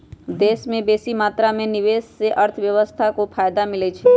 देश में बेशी मात्रा में निवेश से अर्थव्यवस्था को फयदा मिलइ छइ